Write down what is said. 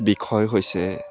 বিষয় হৈছে